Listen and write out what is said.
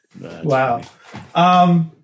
Wow